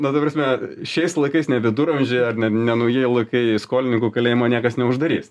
na ta prasme šiais laikais ne viduramžiai ar ne ne naujieji laikai skolininkų į kalėjimą niekas neuždarys